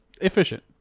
efficient